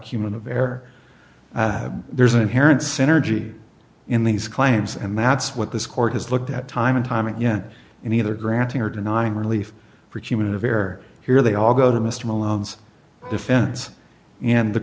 cument of air there's an inherent synergy in these claims and that's what this court has looked at time and time again and either granting or denying relief for human of error here they all go to mr malone's defense and the